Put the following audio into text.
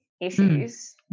issues